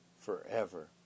forever